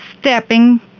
stepping